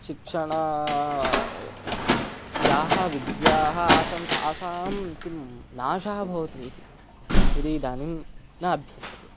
शिक्षणेयाः विद्याः आसन् ताः तासां किं नाशः भवति इति यदि इदानीं न अभ्यस्यते